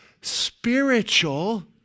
spiritual